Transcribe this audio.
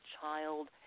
child